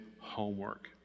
homework